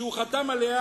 שהוא חתם עליה